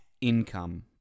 income